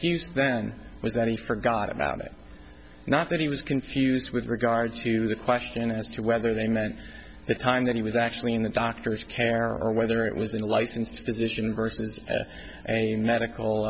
excused then was that he forgot about it not that he was confused with regards to the question as to whether they meant the time that he was actually in the doctor's care or whether it was a licensed physician versus a medical